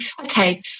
okay